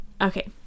okay